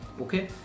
Okay